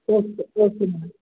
okay okay madam